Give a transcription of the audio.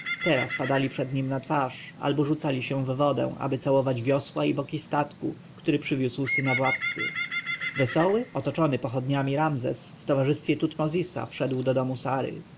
teraz padali przed nim na twarz albo rzucali się w wodę aby całować wiosła i boki statku który przywoził syna władcy wesoły otoczony pochodniami ramzes w towarzystwie tutmozisa wszedł do domu sary